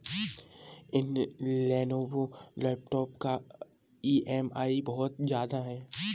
इस Lenovo laptop का EMI बहुत ज्यादा है